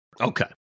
Okay